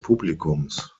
publikums